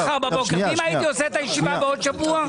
אם הייתי עושה את הישיבה עוד שבוע?